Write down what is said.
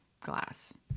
glass